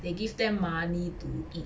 they give them money to eat